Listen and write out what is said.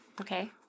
Okay